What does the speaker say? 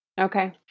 Okay